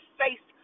face